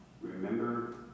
Remember